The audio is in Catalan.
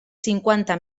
cinquanta